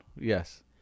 Yes